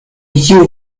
you